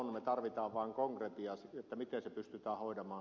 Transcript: me tarvitsemme vaan konkretiaa miten se pystytään hoitamaan